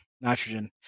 nitrogen